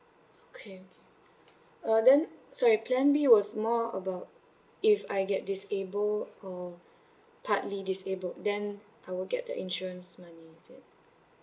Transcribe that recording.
okay uh then sorry plan B was more about if I get disabled or partly disabled then I will get the insurance money is it